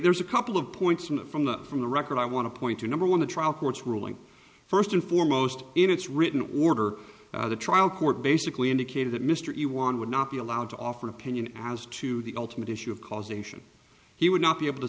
there's a couple of points in it from the from the record i want to point to number one the trial court's ruling first and foremost in its written order the trial court basically indicated that mystery one would not be allowed to offer an opinion as to the ultimate issue of causation he would not be able to